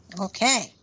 Okay